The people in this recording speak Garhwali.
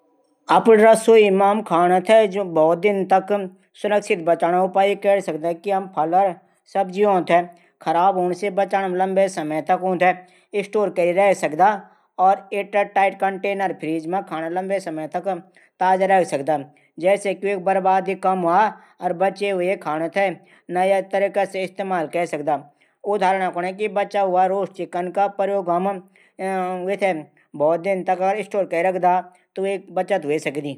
अपडू रसोई मा हम खाणू थै सुरक्षित बचाणू उपाय कै सकदा कि सब्जियों थे लबै समय तक बचाणा स्टोर कैरी रख सकदा। कैटरनर फ्रीज मा स्टोर कै सकदा खाणू लंबे समय तक स्टोर कैरी रख सकदा। जैसे की बर्बादी कम हह्वा और बचू खाणू थै हम नै तरीके से इस्तेमाल कै सकदा। उदाहरण तौर जन बचूं रोस्ट चिकन हम वे हम बहुत दिन स्टोर कै रखदा त वेकी बचत हव्वे सकदी।